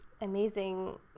amazing